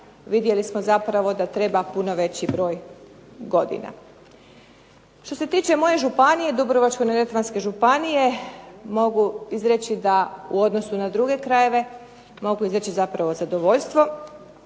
vidjeli smo zapravo da treba puno veći broj godina. Što se tiče moje županije Dubrovačko-neretvanske županije, mogu izreći da u odnosu na druge krajeve, mogu izreći zadovoljstvo.